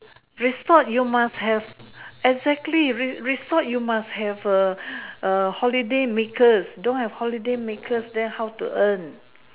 resort you must have exactly resort you must have err err holiday makers don't have holiday makers then how to earn